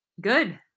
good